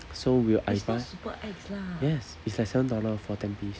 so we will I buy yes it's like seven dollar for ten piece